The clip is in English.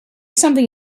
something